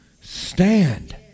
stand